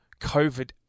COVID